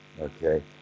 okay